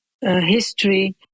history